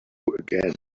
again